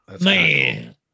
Man